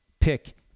pick